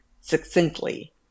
succinctly